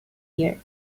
year